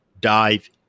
dive